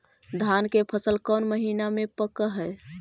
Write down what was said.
धान के फसल कौन महिना मे पक हैं?